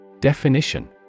Definition